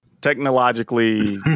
technologically